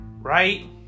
Right